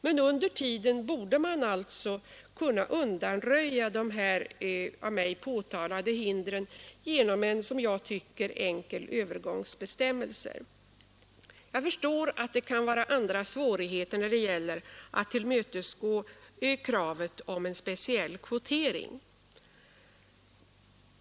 Men under tiden borde man alltså kunna undanröja de här av mig påtalade hindren genom en som jag tycker enkel övergångsbestämmelse. Jag förstår att det kan finnas andra svårigheter när det gäller att tillmötesgå kravet på en speciell kvotering.